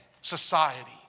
society